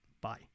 Bye